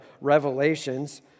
revelations